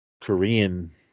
Korean